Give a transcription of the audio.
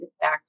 back